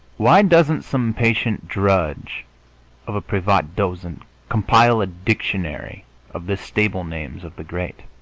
why doesn't some patient drudge of a privat dozent compile a dictionary of the stable-names of the great?